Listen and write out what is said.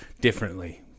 differently